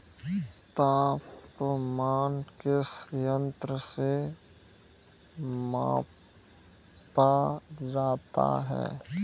तापमान किस यंत्र से मापा जाता है?